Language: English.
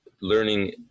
learning